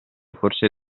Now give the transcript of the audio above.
forse